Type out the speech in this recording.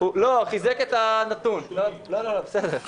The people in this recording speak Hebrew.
חיזק את הנתון